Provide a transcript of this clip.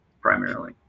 primarily